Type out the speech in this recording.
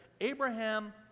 Abraham